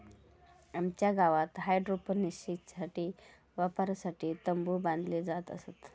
आमच्या गावात हायड्रोपोनिक्सच्या वापरासाठी तंबु बांधले जात असत